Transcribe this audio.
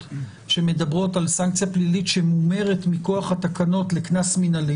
שמדברות על סנקציה פלילית שנאמרת מכוח התקנות לקנס מינהלי